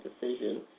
decision